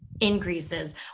increases